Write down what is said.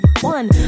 one